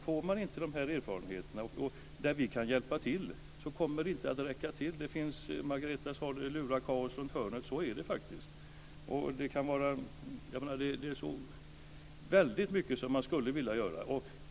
Får man inte de erfarenheterna, där vi kan hjälpa till, kommer det inte att räcka till. Margareta Viklund sade att det lurar kaos runt hörnet. Så är det faktiskt. Det är så väldigt mycket som man skulle vilja göra.